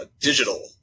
digital